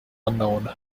unknown